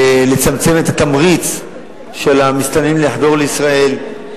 לצמצם את התמריץ של המסתננים לחדור לישראל,